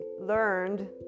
learned